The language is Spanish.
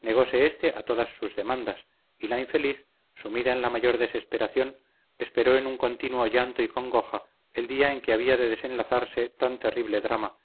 negóse éste a todas sus demandas y la infeliz sumida en la mayor desesperación esperó en un continuo llanto y congoja el día en que había de desenlazarse tan terrible drama